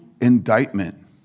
indictment